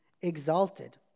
exalted